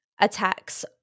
attacks